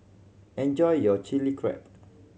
enjoy your Chili Crab